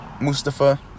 Mustafa